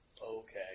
Okay